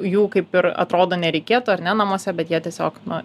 jų kaip ir atrodo nereikėtų ar ne namuose bet jie tiesiog na